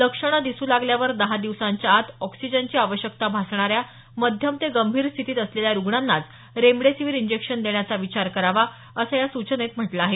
लक्षण दिसू लागल्यावर दहा दिवसांच्या आत ऑक्सिजनची आवश्यकता भासणाऱ्या मध्यम ते गंभीर स्थितीत असलेल्या रुग्णांनाच रेमडेसिवीर इंजेक्शन देण्याचा विचार करावा असं या सूचनेत म्हटलं आहे